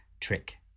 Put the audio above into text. trick